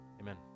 Amen